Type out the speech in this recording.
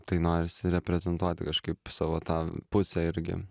tai norisi reprezentuoti kažkaip savo tą pusę irgi